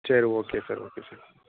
சரி okay sir okay sir